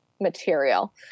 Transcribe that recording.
material